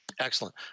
excellent